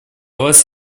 вас